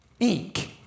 Inc